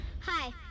Hi